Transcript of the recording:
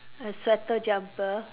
a sweater jumper